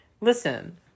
listen